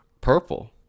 Purple